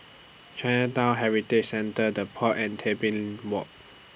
Chinatown Heritage Centre The Pod and Tebing Walk